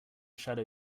shadow